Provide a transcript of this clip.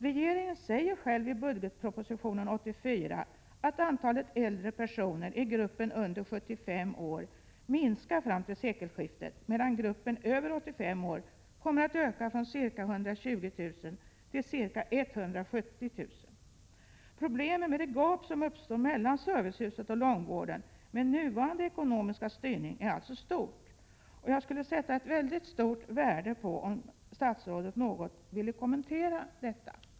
Regeringen säger själv i 1984 års budgetproposition att antalet äldre personer i gruppen under 75 år minskar fram till sekelskiftet, medan gruppen över 85 kommer att öka från ca 120 000 till ca 170 000. Problemet med det gap som uppstår mellan servicehuset och långvården är alltså med nuvarande ekonomiska styrning stort. Jag skulle sätta stort värde på om statsrådet något ville kommentera detta.